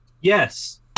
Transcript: Yes